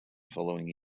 following